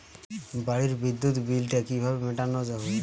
বাড়ির বিদ্যুৎ বিল টা কিভাবে মেটানো যাবে?